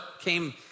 came